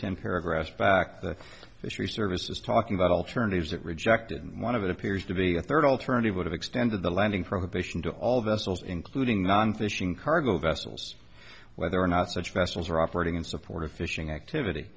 ten paragraphs back the fisheries service is talking about alternatives that rejected and one of it appears to be a third alternative would have extended the landing prohibition to all vessels including non fishing cargo vessels whether or not such vessels are operating in support of fishing activity